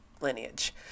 lineage